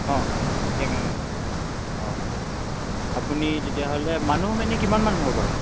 অঁ কেমেৰামেন অঁ আপুনি তেতিয়াহ'লে মানুহ আমাৰ এনেই কিমানমান হ'ব বাৰু